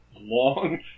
long